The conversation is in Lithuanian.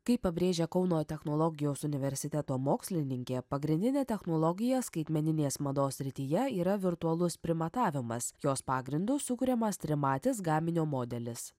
kaip pabrėžia kauno technologijos universiteto mokslininkė pagrindinė technologija skaitmeninės mados srityje yra virtualus primatavimas jos pagrindu sukuriamas trimatis gaminio modelis